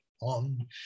on